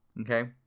okay